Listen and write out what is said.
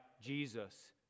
Jesus